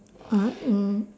uh in